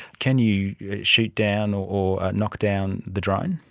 can you shoot down or knock down the drone?